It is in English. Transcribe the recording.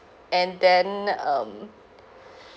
and then um